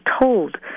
told